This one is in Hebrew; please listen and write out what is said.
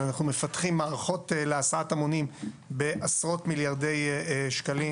ואנחנו בינתיים לא מצליחים לעמוד ביעד המזערי לאנרגיה מתחדשת של